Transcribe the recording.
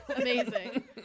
Amazing